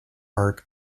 art